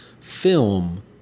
film